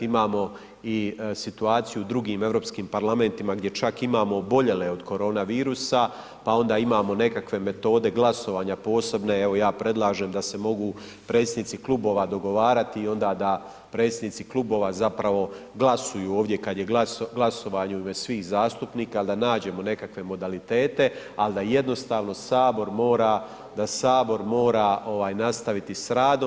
Imamo situaciju i u drugim europskim parlamentima gdje čak imamo oboljele od korona virusa, pa onda imamo nekakve metode glasovanja posebne, evo ja predlažem da se mogu predsjednici klubova dogovarati i onda da predsjednici klubova zapravo glasuju ovdje kada je glasovanje u ime svih zastupnika ili da nađemo nekakve modalitete, ali da jednostavno Sabor mora nastaviti s radom.